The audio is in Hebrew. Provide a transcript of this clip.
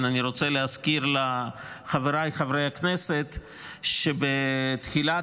אני רוצה להזכיר לחבריי חברי הכנסת שבתחילת